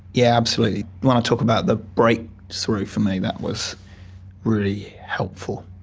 yeah absolutely. when i talk about the breakthrough sort of for me, that was really helpful.